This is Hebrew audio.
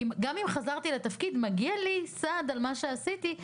גם אם חזרתי לתפקיד מגיע לי סעד על מה שעשיתי.